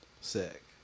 sick